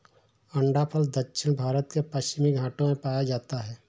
अंडाफल दक्षिण भारत के पश्चिमी घाटों में पाया जाता है